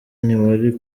ntiwari